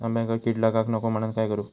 आंब्यक कीड लागाक नको म्हनान काय करू?